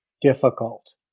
difficult